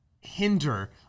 hinder